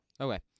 Okay